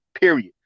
period